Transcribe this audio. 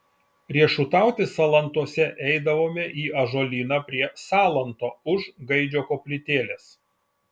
riešutauti salantuose eidavome į ąžuolyną prie salanto už gaidžio koplytėlės